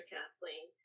Kathleen